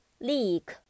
Leak